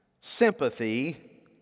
sympathy